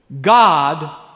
God